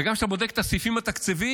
וגם כשאתה בודק את הסעיפים התקציביים,